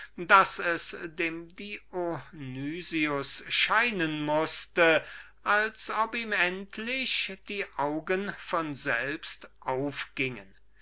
daß es dem dionys scheinen mußte als ob ihm endlich die augen von selbst aufgingen